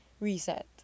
reset